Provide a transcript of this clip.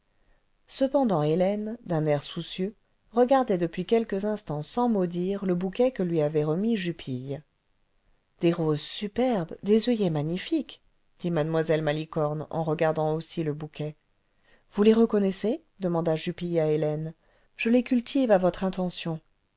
cependant hélène d'un air soucieux regardait depuis quelque instants sans mot dire le bouquet que lui avait remis jupille ce des roses superbes des oeillets magnifiques dit mue malicorne en regardant aussi le bouquet vous les reconnaissez demanda jupille à hélène je les cultive à votre intention